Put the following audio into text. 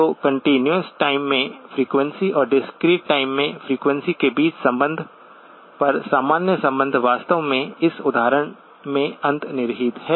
तो continuous time में frequency और डिस्क्रीट टाइम में फ़्रीक्वेंसी के बीच संबंध पर सामान्य संबंध वास्तव में इस उदाहरण में अंतर्निहित है